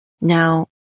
Now